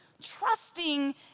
trusting